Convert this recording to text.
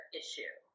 issue